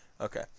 okay